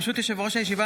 ברשות יושב-ראש הישיבה,